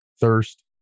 Thirst